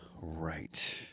right